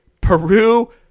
Peru